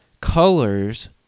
colors